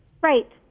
right